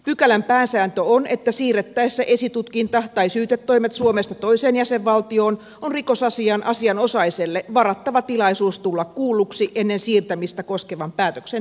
pykälän pääsääntö on että siirrettäessä esitutkinta tai syytetoimet suomesta toiseen jäsenvaltioon on rikosasian asianosaiselle varattava tilaisuus tulla kuulluksi ennen siirtämistä koskevan päätöksen tekemistä